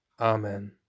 Amen